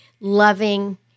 loving